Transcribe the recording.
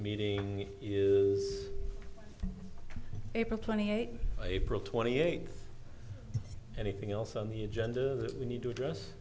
meeting is april twenty eighth april twenty eighth anything else on the agenda that we need to address